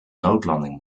noodlanding